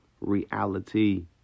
reality